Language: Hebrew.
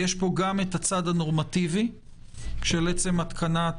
יש פה גם את הצד הנורמטיבי של עצם התקנת